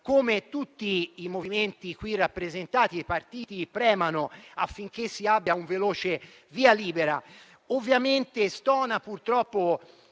come tutti i movimenti e i partiti qui rappresentati premano affinché si abbia un veloce via libera. Ovviamente stona, purtroppo,